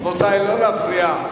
רבותי, לא להפריע.